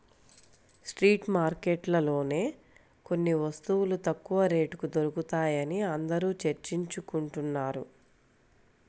street మార్కెట్లలోనే కొన్ని వస్తువులు తక్కువ రేటుకి దొరుకుతాయని అందరూ చర్చించుకుంటున్నారు